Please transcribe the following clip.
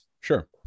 Sure